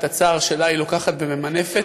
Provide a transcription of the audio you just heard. שאת הצער שלה היא לוקחת וממנפת,